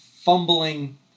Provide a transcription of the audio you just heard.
fumbling